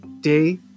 Day